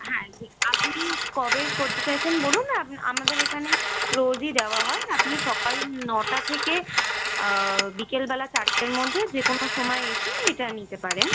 হ্যাঁ যে আপনি কবে করতে চাইছেন বলুন আমাদের এখানে রোজই দেওয়া হয় আপনি সকাল নটা থেকে বিকেলবেলা চারটের মধ্যে যে কোনো সমায় এসে এটা নিতে পারেন